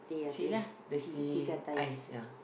tea lah the tea I sell